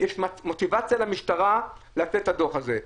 יש מוטיבציה למשטרה לתת את הדוח הזה,